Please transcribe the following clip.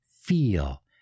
feel